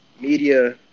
media